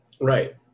Right